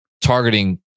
targeting